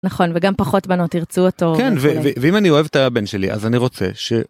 נכון וגם פחות בנות ירצו אותו ואם אני אוהב את הבן שלי אז אני רוצה ש.